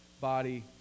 body